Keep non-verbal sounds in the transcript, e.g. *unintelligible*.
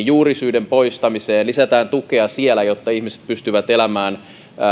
*unintelligible* juurisyiden poistamiseen lisätään tukea siellä jotta ihmiset pystyvät elämään